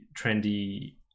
trendy